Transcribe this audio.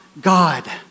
God